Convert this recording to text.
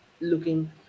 looking